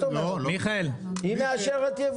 היא מאשרת יבוא.